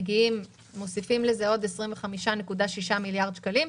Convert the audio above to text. שמוסיפות לזה עוד 25.6 מיליארד שקלים.